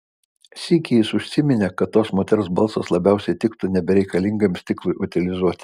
sykį jis užsiminė kad tos moters balsas labiausiai tiktų nebereikalingam stiklui utilizuoti